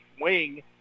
wing